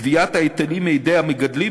גביית ההיטלים מהמגדלים,